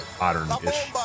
modern-ish